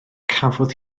cafodd